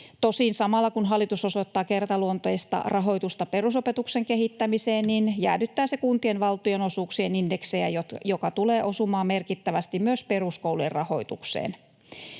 Tosin samalla, kun hallitus osoittaa kertaluonteista rahoitusta perusopetuksen kehittämiseen, se jäädyttää kuntien valtionosuuksien indeksejä, mikä tulee osumaan merkittävästi myös peruskoulujen rahoitukseen.